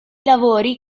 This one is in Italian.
lavori